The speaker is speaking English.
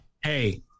Hey